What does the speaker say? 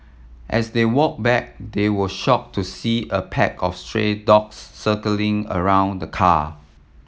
as they walk back they were shocked to see a pack of stray dogs circling around the car